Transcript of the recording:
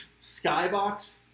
Skybox